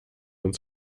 ins